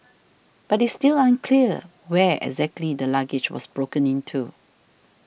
but it's still unclear where exactly the luggage was broken into